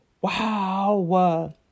Wow